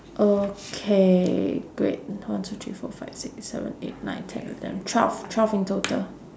okay great one two three four five six seven eight nine ten eleven twelve twelve in total